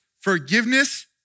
forgiveness